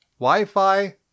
Wi-Fi